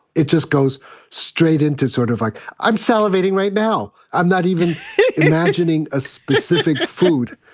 it just goes straight into sort of like i'm salivating right now. i'm not even imagining a specific food.